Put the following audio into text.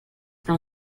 from